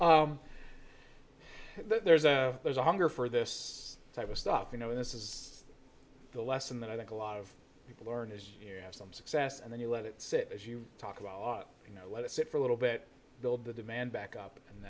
show there's a there's a hunger for this type of stuff you know this is the lesson that i think a lot of people learn is yeah some success and then you let it sit as you talk about you know let it sit for a little bit build the demand back up and